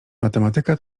matematyka